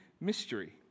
mystery